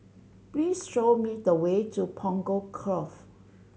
please show me the way to Punggol Cove